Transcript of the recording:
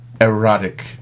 Erotic